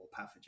pathogens